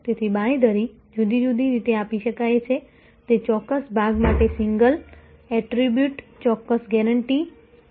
તેથી બાંયધરી જુદી જુદી રીતે આપી શકાય છે તે ચોક્કસ ભાગ માટે સિંગલ એટ્રિબ્યુટ્સ ચોક્કસ ગેરંટી હોઈ શકે છે જે અપવાદો હોઈ શકે છે અને તેને ખૂબ જ સ્પષ્ટ કરે છે